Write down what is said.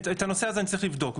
את הנושא הזה אני צריך לבדוק,